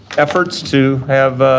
efforts to have